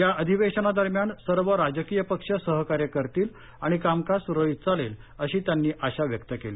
या अधिवेशनादरम्यान सर्व राजकीय पक्ष सहकार्य करतील आणि कामकाज सुरळीत चालेल अशी त्यांनी आशा व्यक्त केली